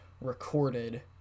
recorded